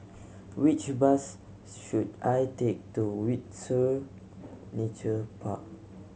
which bus should I take to Windsor Nature Park